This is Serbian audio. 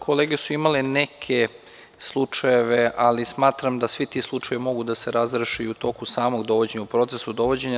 Kolege su imale neke slučajeve, ali smatram da svi ti slučajevi mogu da se razreše i u toku samog dovođenja u procesu dovođenja.